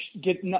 get